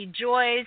joys